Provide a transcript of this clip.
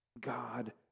God